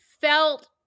felt